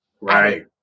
Right